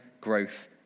growth